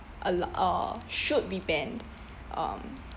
al~ uh should be banned um